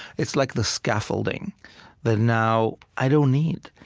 it's like the scaffolding that now i don't need.